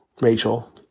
Rachel